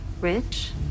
rich